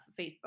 Facebook